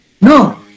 No